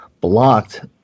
blocked